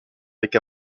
avec